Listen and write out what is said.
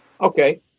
okay